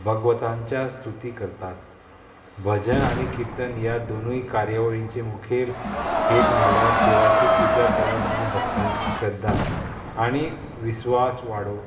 भगवतांच्या स्तुती करतात भजन आनी किर्तन ह्या दोनूय कार्यावळींचे मुखेल हेत म्हळ्यार देवाची पुजा करप आनी भक्तांची श्रध्दा आनी विस्वास वाडोवप